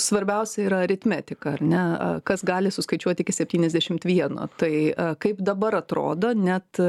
svarbiausia yra aritmetika ar ne kas gali suskaičiuot iki septyniasdešimt vieno tai kaip dabar atrodo net